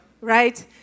right